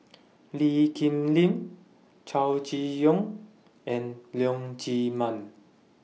Lee Kip Lin Chow Chee Yong and Leong Chee Mun